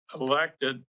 elected